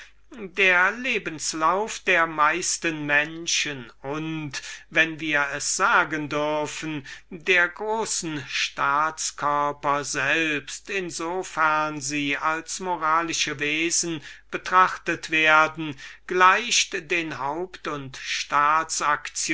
das leben der meisten menschen und wenn wir es sagen dürften der lebenslauf der großen staats körper selbst in so fern wir sie als eben so viel moralische wesen betrachten gleicht den haupt und